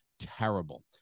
terrible